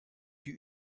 die